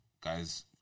guys